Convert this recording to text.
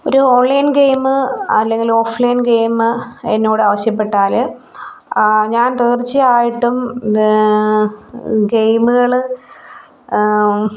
ഒരു online game അല്ലെങ്കിൽ offline game എന്നോട് ആവശ്യപ്പെട്ടാൽ ഞാൻ തീർച്ചയായിട്ടും ഗെയിമുകൾ